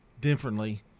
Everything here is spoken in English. differently